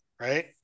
right